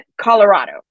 Colorado